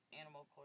animal